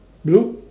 blue